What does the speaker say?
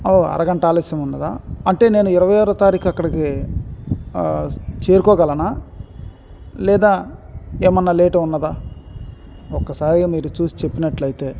అరగంట ఆలస్యం ఉందా అంటే నేను ఇరవై ఆరో తారీఖు అక్కడకి చేరుకోగలనా లేదా ఏమన్నా లేటు ఉందా ఒకసారి మీరు చూసి చెప్పినట్లయితే